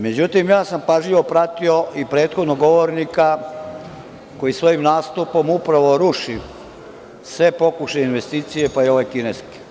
Međutim, pažljivo sam pratio i prethodnog govornika koji svojim nastupom upravo ruši sve pokušaje investicija, pa i ove kineske.